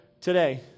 today